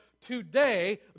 Today